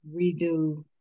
redo